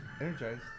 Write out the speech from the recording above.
energized